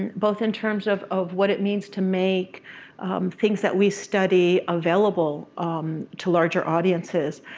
both in terms of of what it means to make things that we study available um to larger audiences,